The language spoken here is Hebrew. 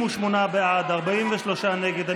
58 בעד, 43 נגד.